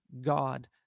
God